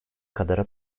kadarı